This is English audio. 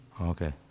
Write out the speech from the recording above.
Okay